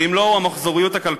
ואם לא הוא, המחזוריות הכלכלית.